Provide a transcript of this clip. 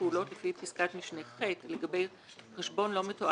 קבלנו תלונות ממשרדי רואי החשבון למה